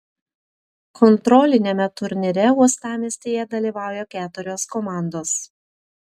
kontroliniame turnyre uostamiestyje dalyvauja keturios komandos